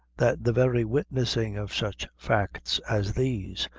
that the very witnessing of such facts as these,